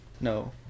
No